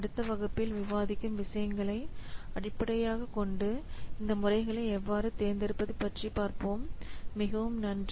அடுத்த வகுப்பில் விவாதிக்கும் விஷயங்களை அடிப்படையாகக் கொண்டு இந்த முறைகளை எவ்வாறு தேர்ந்தெடுப்பது பற்றி பார்ப்போம் மிகவும் நன்றி